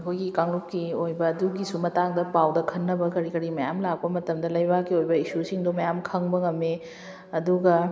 ꯑꯩꯈꯣꯏꯒꯤ ꯀꯥꯡꯂꯨꯞꯀꯤ ꯑꯣꯏꯕ ꯑꯗꯨꯒꯤꯁꯨ ꯃꯇꯥꯡꯗ ꯄꯥꯎꯗ ꯈꯟꯅꯕ ꯀꯔꯤ ꯀꯔꯤ ꯃꯌꯥꯝ ꯂꯥꯛꯄ ꯃꯇꯝꯗ ꯂꯩꯕꯥꯛꯀꯤ ꯑꯣꯏꯕ ꯏꯁꯨꯁꯤꯡꯗꯣ ꯃꯌꯥꯝ ꯈꯪꯕ ꯉꯝꯃꯤ ꯑꯗꯨꯒ